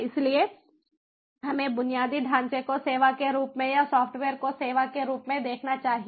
इसलिए हमें बुनियादी ढांचे को सेवा के रूप में या सॉफ्टवेयर को सेवा के रूप में देखना चाहिए